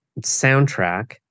soundtrack